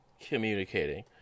communicating